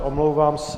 Omlouvám se.